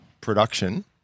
production